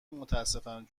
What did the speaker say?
متاسفم